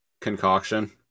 concoction